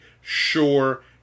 sure